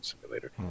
simulator